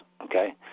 okay